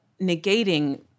negating